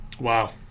Wow